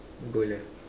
gold ah